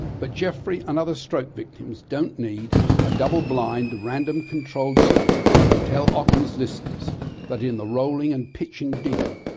but geoffrey and other stroke victims don't need a double blind, random controlled study to tell ockham's listeners that in the rolling and pitching dinghy,